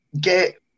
get